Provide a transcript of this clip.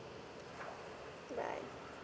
bye